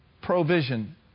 provision